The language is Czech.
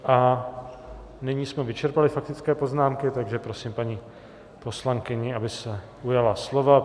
A nyní jsme vyčerpali faktické poznámky, takže prosím paní poslankyni, aby se ujala slova.